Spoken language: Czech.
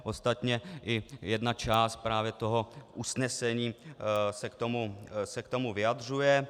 Ostatně i jedna část právě toho usnesení se k tomu vyjadřuje.